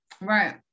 right